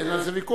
אין על זה ויכוח.